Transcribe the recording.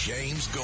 James